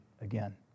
again